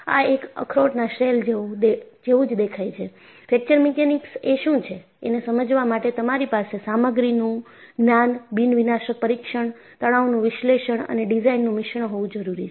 આ એક અખરોટના શેલ જેવું જ દેખાય છે ફ્રેક્ચર મીકેનીક્સ એ શું છે એને સમજાવા માટે તમારી પાસે સામગ્રી નું જ્ઞાનબિન વિનાશક પરીક્ષણ તણાવનું વિશ્લેષણ અને ડિઝાઇનનું મિશ્રણ હોવું જરૂરી છે